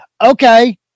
Okay